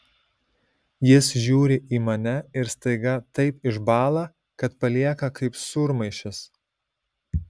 jis žiūri į mane ir staiga taip išbąla kad palieka kaip sūrmaišis